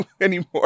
anymore